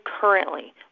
currently